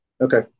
Okay